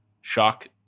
shock